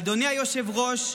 אדוני היושב-ראש,